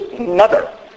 mother